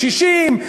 60,000,